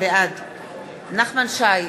בעד נחמן שי,